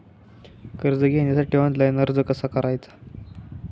कर्ज घेण्यासाठी ऑनलाइन अर्ज कसा करायचा?